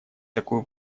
такую